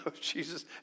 Jesus